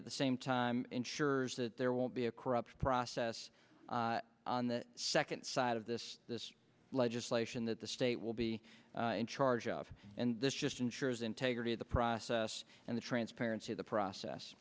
at the same time ensures that there won't be a corrupt process on the second side of this legislation that the state will be in charge of and this just ensures integrity of the process and the transparency of the process